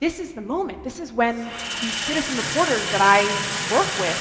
this is the moment this is when these citizen reporters that i work with